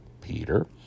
Peter